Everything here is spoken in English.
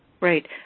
Right